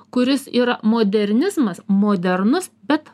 kuris yra modernizmas modernus bet